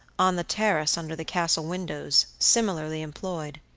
on the terrace under the castle windows, similarly employed.